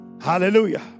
Hallelujah